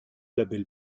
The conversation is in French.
label